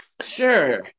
sure